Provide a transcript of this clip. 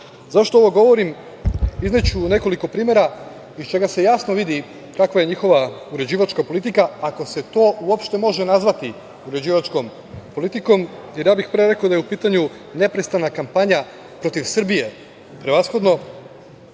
pređu.Zašto ovo govorim? Izneću nekoliko primera iz čega se jasno vidi kakva je njihova uređivačka politika, ako se to uopšte može nazvati uređivačkom politikom, jer ja bih pre rekao da je u pitanju neprestana kampanja protiv Srbije prevashodno,